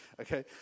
okay